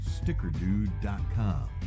StickerDude.com